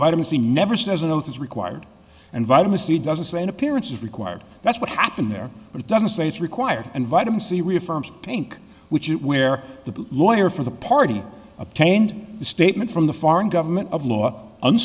vitamin c never says an oath is required and vitamin c doesn't say an appearance is required that's what happened there but it doesn't say it's required and vitamin c reaffirms pink which is where the lawyer for the party obtained the statement from the foreign government of law